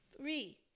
Three